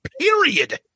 period